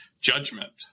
judgment